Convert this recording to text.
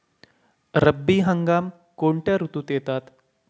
रब्बी हंगाम कोणत्या ऋतूत येतात?